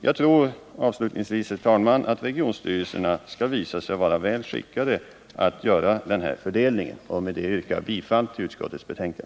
Jag tror avslutningsvis, herr talman, att regionstyrelserna skall visa sig vara skickade att göra denna fördelning. Med det yrkar jag bifall till utskottets hemställan.